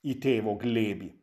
į tėvo glėbį